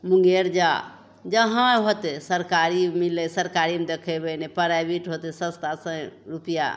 मुङ्गेर जा जहाँ होतै सरकारी मिलै सरकारीमे देखेबै नहि प्राइवेट होतै सस्तासे रुपैआ